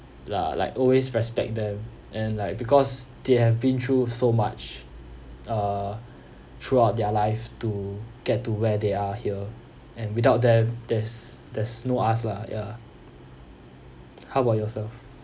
ya like always respect them and like because they have been through so much uh throughout their life to get to where they are here and without them there's there's no us lah ya how about yourself